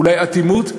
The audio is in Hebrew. אולי אטימות,